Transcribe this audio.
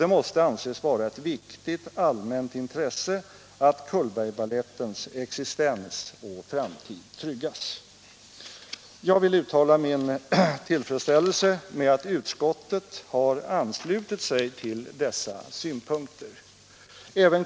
Det måste därför anses vara ett viktigt allmänt intresse att Cullbergbalettens existens och framtid tryggas. Jag vill uttala min tillfredsställelse med att kulturutskottet har anslutit sig till dessa synpunkter.